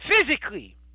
Physically